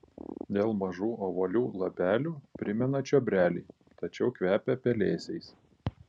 dėl mažų ovalių lapelių primena čiobrelį tačiau kvepia pelėsiais